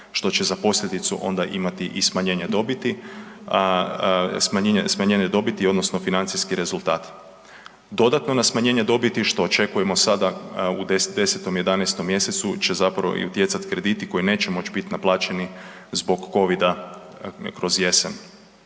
što će za posljedicu onda imati i smanjenje dobiti odnosno financijski rezultat. Dodatno na smanjenje dobiti, što očekujemo sada u 10., 11. mjesecu će utjecat krediti koji neće moći biti naplaćeni zbog covida kroz jesen.